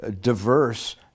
diverse